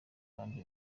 kandi